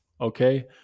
okay